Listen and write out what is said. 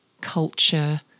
culture